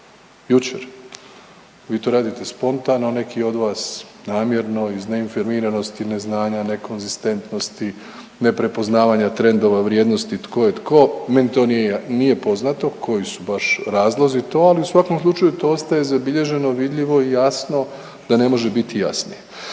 Jučer, vi to radite spontano, neki od vas namjerno iz neinformiranosti, neznanja, nekonzistentnosti, neprepoznavanja trendova vrijednosti tko je tko. Meni to nije poznato koji su baš razlozi to, ali u svakom slučaju to ostaje zabilježeno, vidljivo i jasno da ne može biti jasnije.